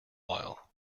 while